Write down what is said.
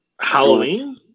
Halloween